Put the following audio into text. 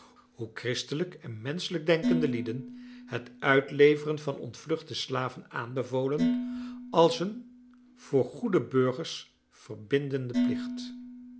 hoe christelijk en menschelijk denkende lieden het uitleveren van ontvluchte slaven aanbevolen als een voor goede burgers verbindende plicht